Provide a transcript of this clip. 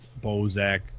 Bozak